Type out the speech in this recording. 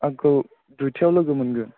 आंखौ दुइथायाव लोगो मोनगोन